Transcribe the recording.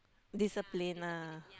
discipline ah